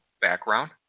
background